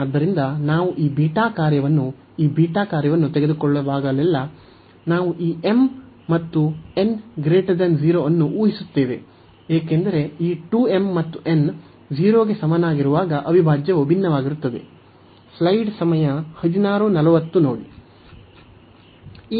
ಆದ್ದರಿಂದ ನಾವು ಈ ಬೀಟಾ ಕಾರ್ಯವನ್ನು ಈ ಬೀಟಾ ಕಾರ್ಯವನ್ನು ತೆಗೆದುಕೊಳ್ಳುವಾಗಲೆಲ್ಲಾ ನಾವು ಈ m ಮತ್ತು n 0 ಅನ್ನು ಊಹಿಸುತ್ತೇವೆ ಏಕೆಂದರೆ ಈ 2 m ಮತ್ತು n 0 ಗೆ ಸಮನಾಗಿರುವಾಗ ಅವಿಭಾಜ್ಯವು ಭಿನ್ನವಾಗಿರುತ್ತದೆ